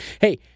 Hey